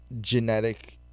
genetic